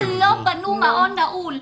60 שנה לא בנו מעון נעול,